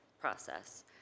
process